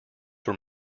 were